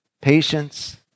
patience